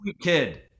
kid